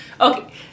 Okay